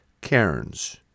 cairns